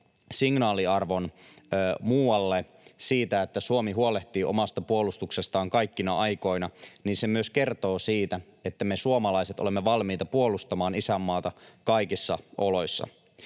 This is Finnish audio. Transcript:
signaaliarvon muualle siitä, että Suomi huolehtii omasta puolustuksestaan kaikkina aikoina, myös kertoo siitä, että me suomalaiset olemme valmiita puolustamaan isänmaata kaikissa oloissa.